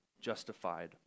justified